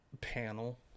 Panel